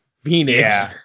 phoenix